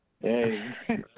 Hey